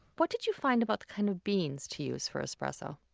what did you find about the kind of beans to use for espresso?